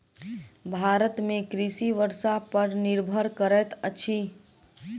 भारत में कृषि वर्षा पर निर्भर करैत अछि